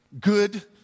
good